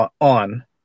on